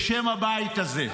בשם הבית הזה.